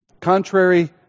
Contrary